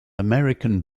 american